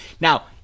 Now